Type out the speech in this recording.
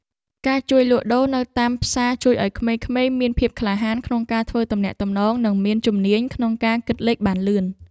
ការជួយលក់ដូរនៅតាមផ្សារជួយឱ្យក្មេងៗមានភាពក្លាហានក្នុងការធ្វើទំនាក់ទំនងនិងមានជំនាញក្នុងការគិតលេខបានលឿន។